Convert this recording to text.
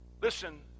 Listen